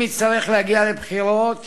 אם יצטרך להגיע לבחירות